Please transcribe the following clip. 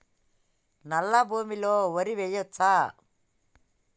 నల్లా భూమి లో వరి వేయచ్చా?